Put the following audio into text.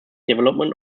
development